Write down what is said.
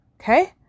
Okay